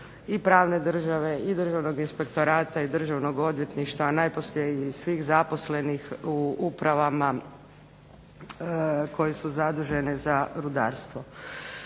i pravne države i Državnog inspektorata i Državnog odvjetništva, a najposlije i svih zaposlenih u upravama koje su zadužene za rudarstvo.